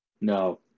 No